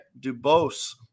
Dubose